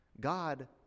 God